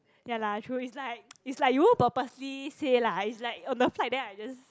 ya lah true it's like it's like you won't purposely say lah it's like on the flight then I just